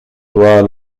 toi